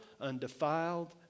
undefiled